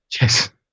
Yes